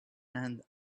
and